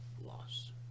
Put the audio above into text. loss